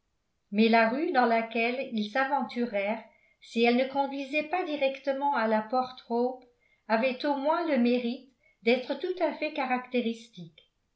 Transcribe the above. mais la rue dans laquelle ils s'aventurèrent si elle ne conduisait pas directement à la porte hope avait au moins le mérite d'être tout à fait caractéristique